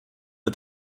but